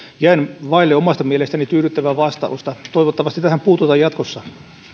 jäin vaille omasta mielestäni tyydyttävää vastausta toivottavasti tähän puututaan jatkossa